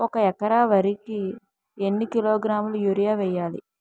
ఒక ఎకర వరి కు ఎన్ని కిలోగ్రాముల యూరియా వెయ్యాలి?